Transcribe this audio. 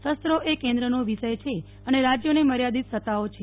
શસ્ત્રો એ કેન્દ્રનો વિષય છે અને રાજ્યોને મર્યાદીત સત્તાઓ છે